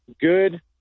good